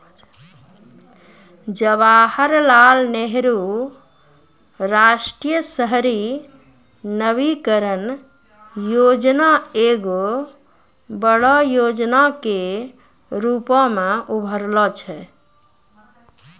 जवाहरलाल नेहरू राष्ट्रीय शहरी नवीकरण योजना एगो बड़ो योजना के रुपो मे उभरलो छै